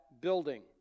building